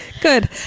Good